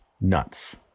nuts